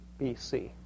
BC